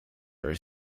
are